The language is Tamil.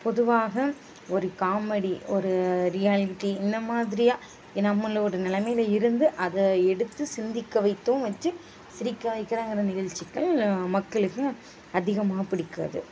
பொதுவாக ஒரு காமெடி ஒரு ரியாலிட்டி இந்த மாதிரியாக நம்மளோடய நிலமையில இருந்து அதை எடுத்து சிந்திக்க வைத்தும் வச்சு சிரிக்க வைக்கிறங்கிற நிகழ்ச்சிகள் மக்களுக்கு அதிகமாக பிடிக்காது